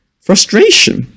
frustration